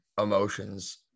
emotions